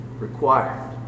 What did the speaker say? required